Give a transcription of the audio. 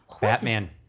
Batman